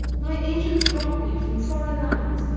my agents brought me from foreign lands,